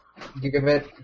gigabit